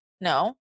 no